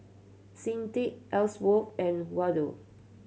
Sedrick Elsworth and Waldo